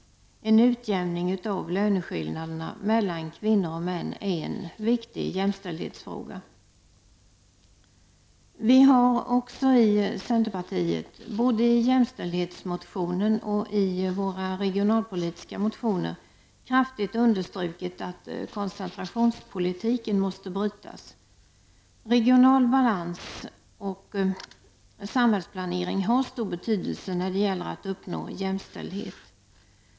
En utjämning av löneskillnaderna mellan kvinnor och män är en viktig jämställdhetsfråga. I centerpartiet har vi även, både i jämställdhetsmotionen och i våra regionalpolitiska motioner, kraftigt understrukit att koncentrationspolitiken måste brytas. Regional balans och samhällsplanering har stor betydelse när det gäller att uppnå jämställdhet.